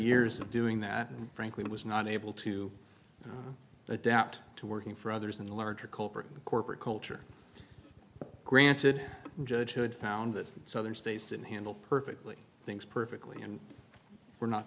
years of doing that and frankly it was not able to adapt to working for others in the larger corporate corporate culture granted judge who had found that southern states didn't handle perfectly things perfectly and were not